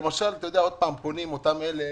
אתה יודע, פונים עוד פעם אותם אלה